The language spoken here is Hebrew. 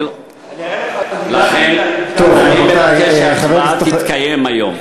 אני אראה לך, לכן אני מבקש שההצבעה תתקיים היום.